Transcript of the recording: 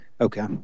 Okay